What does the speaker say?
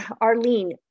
Arlene